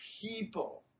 people